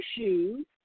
issues